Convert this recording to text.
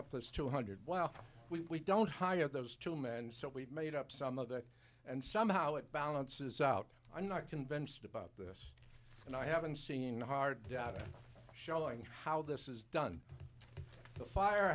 up this two hundred well we don't hire those two men so we've made up some of that and somehow it balances out i'm not convinced about this and i haven't seen hard data showing how this is done the fire